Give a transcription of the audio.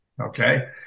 Okay